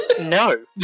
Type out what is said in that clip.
No